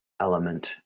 element